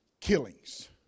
killings